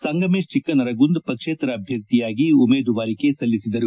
ಸಂಗಮೇಶ್ ಚಿಕ್ಕನರಗುಂದ್ ಪಕ್ಷೇತರ ಅಭ್ಯರ್ಥಿಯಾಗಿ ಉಮೇದುವಾರಿಕೆ ಸಲ್ಲಿಸಿದರು